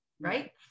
right